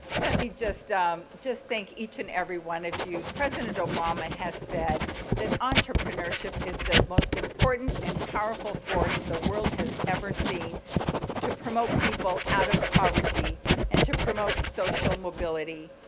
let me just just thank each and everyone of you. president obama has said that entrepreneurship is the most important and powerful force the world has ever seen to promote people out of poverty and to promote social mobility.